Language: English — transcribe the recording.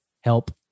help